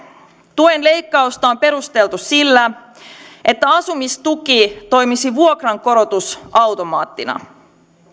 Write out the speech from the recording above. tuen leikkausta on perusteltu sillä että asumistuki toimisi vuokrankorotusautomaattina